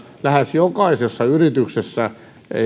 lähes jokaisessa yrityksessä